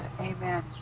Amen